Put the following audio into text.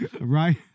Right